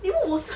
你问我这样